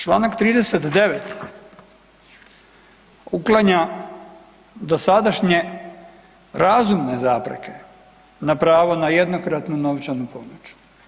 Čl. 39 uklanja dosadašnje razumne zapreke na pravo na jednokratnu novčanu pomoć.